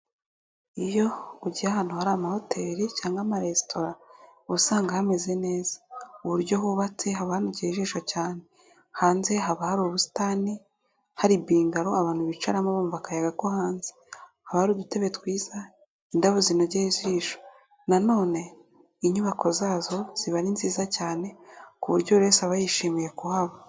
iyo ugiye ahantu hari amahoteri cyangwa amaresitora, uba usanga hameze neza uburyo hubatse haba hanogeye ijisho cyane, hanze haba hari ubusitani, hari bingaro abantu bicaramo bumva akayaga ko hanze, haba ari udutebe twiza, indabo zinogeye ijisho, nanone inyubako zazo ziba ari nziza cyane, ku buryo buri aba yishimiye kuhaba.